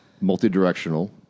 multi-directional